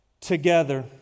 together